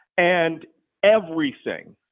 and everything,